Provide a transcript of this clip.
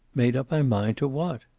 made up my mind to what?